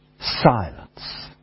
silence